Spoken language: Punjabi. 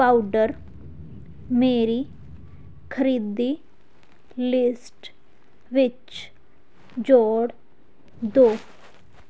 ਪਾਊਡਰ ਮੇਰੀ ਖਰੀਦੀ ਲਿਸਟ ਵਿੱਚ ਜੋੜ ਦਿਉ